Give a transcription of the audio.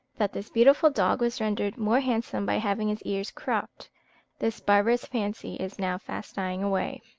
that this beautiful dog was rendered more handsome by having his ears cropped this barbarous fancy is now fast dying away.